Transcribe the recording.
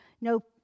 no